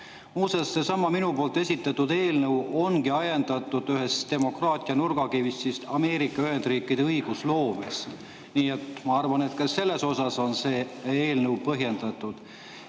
Muuseas, seesama minu esitatud eelnõu ongi ajendatud ühest demokraatia nurgakivist Ameerika Ühendriikide õigusloomes. Nii et ma arvan, et ka selles osas on see eelnõu põhjendatud.